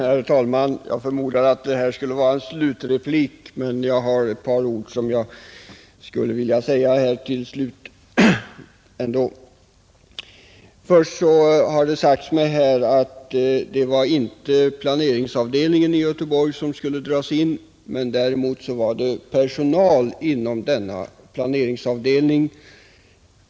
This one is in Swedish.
Herr talman! Jag förmodar att herr Carlshamres inlägg skulle vara en slutreplik, men det är ändå ett par ord ytterligare som jag vill säga. Först och främst har det sagts mig här att det var inte planeringsavdelningen i Göteborg som skulle dras in men däremot personal inom denna planeringsavdelning.